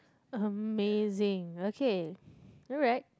amazing okay alright